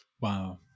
Wow